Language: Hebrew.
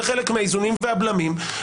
זה חלק מהאיזונים והבלמים.